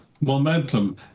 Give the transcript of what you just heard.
momentum